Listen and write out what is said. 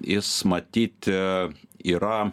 jis matyt yra